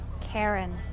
Karen